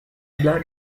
blood